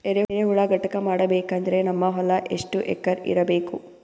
ಎರೆಹುಳ ಘಟಕ ಮಾಡಬೇಕಂದ್ರೆ ನಮ್ಮ ಹೊಲ ಎಷ್ಟು ಎಕರ್ ಇರಬೇಕು?